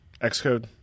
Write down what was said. Xcode